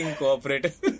cooperative